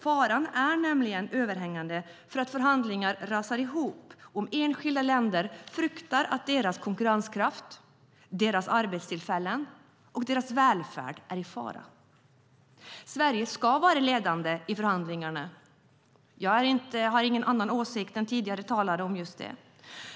Faran är nämligen överhängande att förhandlingarna rasar ihop om enskilda länder fruktar att deras konkurrenskraft, deras arbetstillfällen och deras välfärd är i fara. Sverige ska vara ledande i förhandlingarna. Jag har ingen annan åsikt än tidigare talare om just detta.